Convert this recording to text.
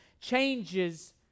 changes